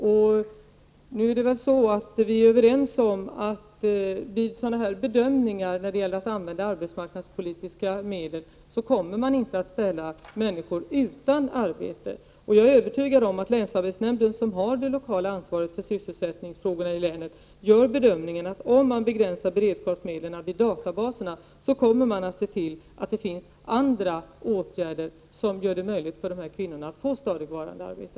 Vi är väl överens om att man vid bedömningar beträffande användning av arbetsmarknadspolitiska medel inte kommer att ställa människor utan arbete. Jag är övertygad om att länsarbetsnämnden, som har det lokala ansvaret för sysselsättningsfrågorna i länet, gör bedömningen att om man begränsar beredskapsmedlen vid databaserna, kommer man att se till att det finns andra åtgärder som gör det möjligt för dessa kvinnor att få stadigvarande arbete.